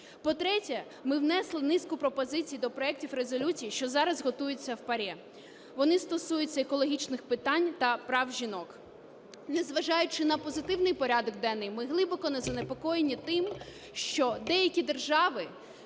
По-третє, ми внесли низку пропозицій до проектів резолюцій, що зараз готуються в ПАРЄ. Вони стосуються екологічних питань та прав жінок. Не зважаючи на позитивний порядок денний, ми глибоко занепокоєні тим, що деякі держави-члени